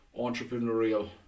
entrepreneurial